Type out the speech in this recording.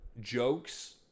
jokes